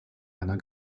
einer